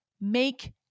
make